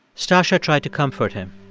stacya tried to comfort him,